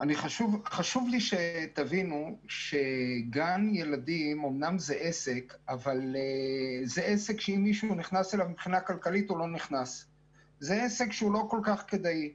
חשוב לי שתבינו שגן ילדים זה עסק שמלכתחילה הוא לא כל כך כדאי כלכלית.